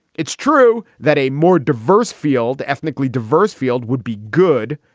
it's true that a more diverse field, ethnically diverse field would be good.